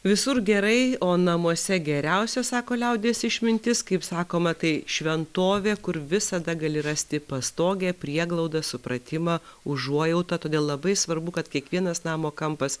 visur gerai o namuose geriausia sako liaudies išmintis kaip sakoma tai šventovė kur visada gali rasti pastogę prieglaudą supratimą užuojautą todėl labai svarbu kad kiekvienas namo kampas